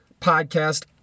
podcast